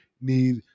need